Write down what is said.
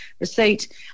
receipt